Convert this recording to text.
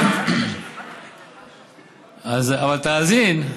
אבל תאזין.